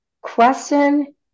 question